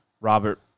Robert